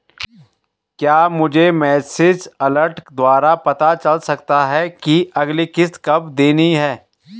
क्या मुझे message alert द्वारा पता चल सकता कि अगली किश्त कब देनी है?